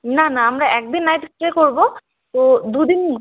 না না আমরা এক দিন নাইট স্টে করবো তো দু দিন ঘু